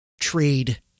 trade